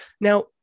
Now